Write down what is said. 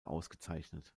ausgezeichnet